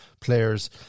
players